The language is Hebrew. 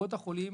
קופות החולים,